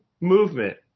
movement